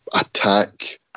attack